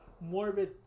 morbid